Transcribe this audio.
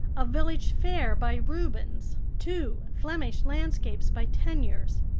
a village fair by rubens, two flemish landscapes by teniers,